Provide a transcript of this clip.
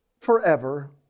forever